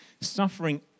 Suffering